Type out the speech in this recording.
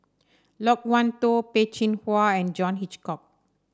Loke Wan Tho Peh Chin Hua and John Hitchcock